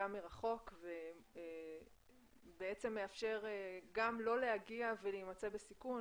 גם מרחוק ובעצם מאפשר גם לא להגיע ולהימצא בסיכון,